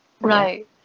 Right